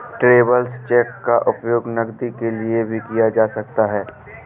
travellers cheque का उपयोग नकदी के लिए भी किया जा सकता है